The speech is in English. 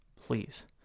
please